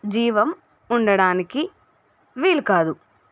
జీవం ఉండడానికి వీలుకాదు